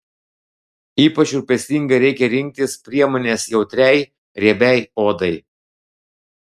ypač rūpestingai reikia rinktis priemones jautriai riebiai odai